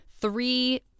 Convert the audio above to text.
three